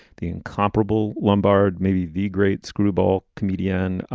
the incomparable lombard, maybe the great screwball comedian.